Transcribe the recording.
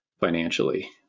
financially